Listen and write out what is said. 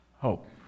Hope